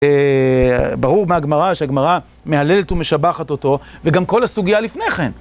ברור מה הגמרא, שהגמרא מהללת ומשבחת אותו, וגם כל הסוגיה לפני כן.